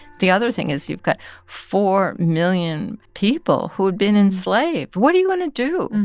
the other thing is you've got four million people who'd been enslaved. what are you going to do?